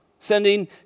Sending